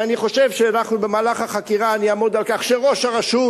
ואני חושב שבמהלך החקיקה אני אעמוד על כך שראש הרשות,